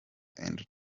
and